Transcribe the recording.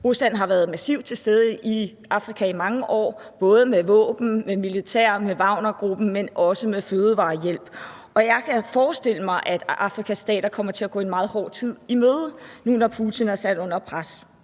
Rusland har været massivt til stede i Afrika i mange år både med våben, med militær, med Wagner-gruppen, men også med fødevarehjælp, og jeg kan forestille mig, at Afrikas stater kommer til at gå en meget hård tid i møde, nu når Putin er sat under pres.